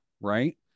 right